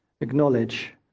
acknowledge